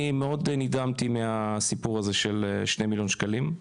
אני מאוד נדהמתי מהסיפור הזה של 2 מיליון שקלים,